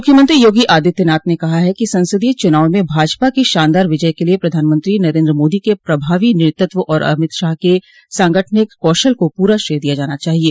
मुख्यमंत्री योगी आदित्यनाथ ने कहा है कि संसदीय चुनाव में भाजपा की शानदार विजय के लिये प्रधानमंत्री नरेन्द्र मोदी के प्रभावी नेतृत्व और अमित शाह के सांगठनिक कौशल को पूरा श्रेय दिया जाना चाहिये